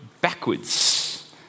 backwards